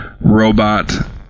robot